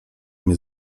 mnie